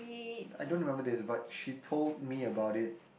I don't remember this but she told me about it